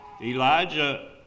Elijah